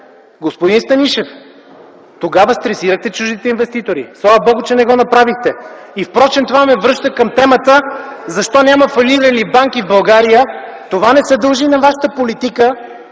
Господин Станишев, тогава стресирахте чуждите инвеститори. Слава Богу, че не го направихте. Между другото това ме връща към темата защо няма фалирали банки в България. Това не се дължи на Вашата политика,